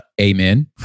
amen